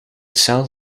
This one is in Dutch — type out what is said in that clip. cel